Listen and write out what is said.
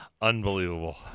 Unbelievable